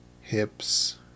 hips